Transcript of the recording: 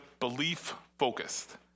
belief-focused